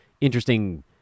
interesting